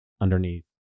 underneath